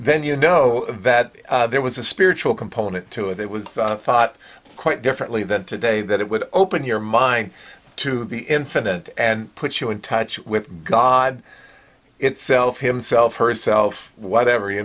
then you know that there was a spiritual component to it it was thought quite differently than today that it would open your mind to the infinite and put you in touch with god itself himself herself whatever you